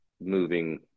moving